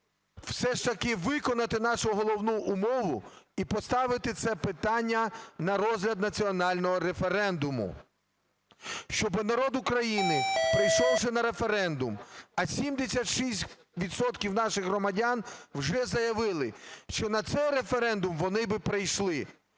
все ж таки виконати нашу головну умову і поставити це питання на розгляд національного референдуму, щоби народ України, прийшовши на референдум, а 76 відсотків наших громадян вже заявили, що на цей референдум вони би прийшли